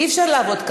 אני לא שומעת את